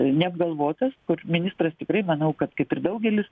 neapgalvotas kur ministras tikrai manau kad kaip ir daugelis